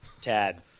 Tad